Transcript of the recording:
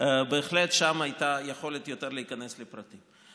שם בהחלט הייתה יותר יכולת להיכנס לפרטים.